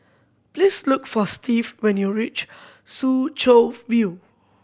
please look for Steve when you reach Soo Chow View